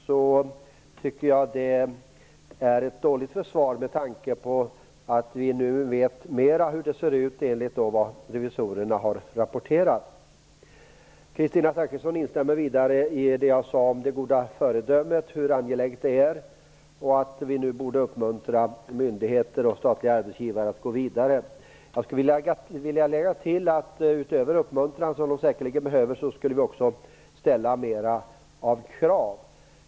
Det tycker jag är ett dåligt försvar med tanke på att vi nu vet mera om hur det ser ut, efter revisorernas rapport. Kristina Zakrisson instämde vidare i det jag sade om hur angeläget det goda föredömet är och att vi borde uppmuntra myndigheter och statliga arbetsgivare att gå vidare. Jag skulle vilja lägga till att vi utöver att ge uppmuntran, som de säkerligen behöver, borde ställa mera krav.